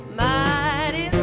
mighty